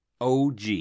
Og